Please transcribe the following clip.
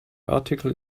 article